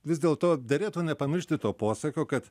vis dėlto derėtų nepamiršti to posakio kad